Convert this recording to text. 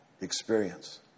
experience